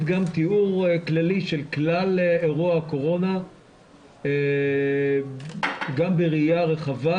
גם תיאור כללי של כלל אירוע הקורונה גם בראיה רחבה.